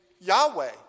Yahweh